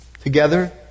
together